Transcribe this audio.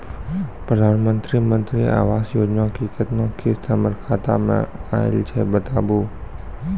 प्रधानमंत्री मंत्री आवास योजना के केतना किस्त हमर खाता मे आयल छै बताबू?